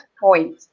point